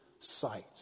sight